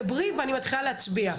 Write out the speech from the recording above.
דברי ואני מתחילה להצביע,